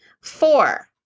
Four